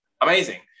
amazing